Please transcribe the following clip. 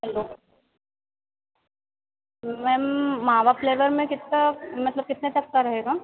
hello ma'am मावा flavour में कितना मतलब कितने तक का रहेगा